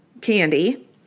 Candy